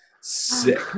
Sick